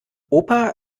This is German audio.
opa